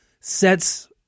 sets